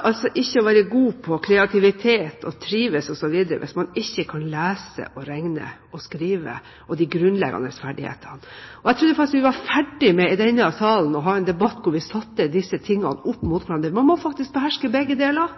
altså ikke å være god på kreativitet og trivsel osv., hvis man ikke kan lese og regne og skrive – de grunnleggende ferdighetene. Jeg trodde faktisk vi var ferdige i denne salen med å ha en debatt hvor vi satte dette opp mot hverandre. Man må faktisk beherske begge deler.